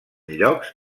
llocs